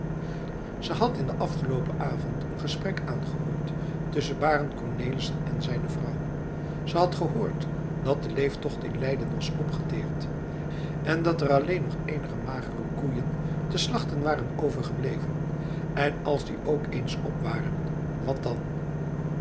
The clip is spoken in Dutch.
ze had in den afgeloopen avond een gesprek aangehoord tusschen barend cornelissen en zijne vrouw ze had gehoord dat de leeftocht in leiden was opgeteerd en dat er alleen nog eenige magere koeien te slachten waren overgebleven en als die ook eens op waren wat dan